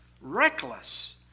reckless